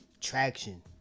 traction